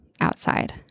outside